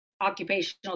occupational